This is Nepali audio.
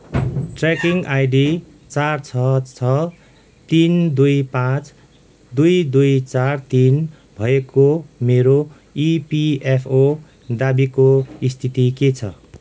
ट्र्याकिङ आइडी चार छ छ तिन दुई पाँच दुई दुई चार तिन भएको मेरो इपिएफओ दावीको स्थिति के छ